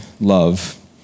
love